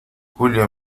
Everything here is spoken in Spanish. julia